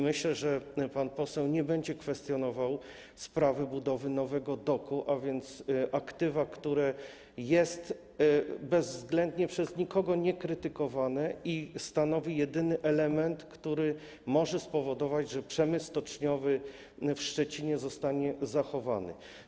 Myślę, że pan poseł nie będzie kwestionował sprawy budowy nowego doku, a więc aktywa, które bezwzględnie przez nikogo nie jest krytykowane i stanowi jedyny element, który może spowodować, że przemysł stoczniowy w Szczecinie zostanie zachowany.